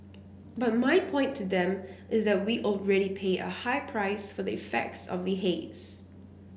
but my point to them is that we already pay a high price for the effects of the haze